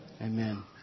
Amen